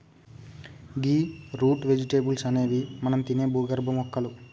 గీ root vegetables అనేవి మనం తినే భూగర్భ మొక్కలు